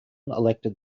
elected